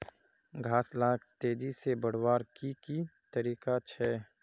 घास लाक तेजी से बढ़वार की की तरीका छे?